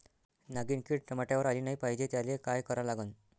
नागिन किड टमाट्यावर आली नाही पाहिजे त्याले काय करा लागन?